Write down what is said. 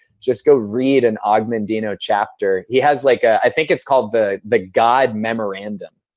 just go read an og mandino chapter. he has like, i think it's called the the god memorandum.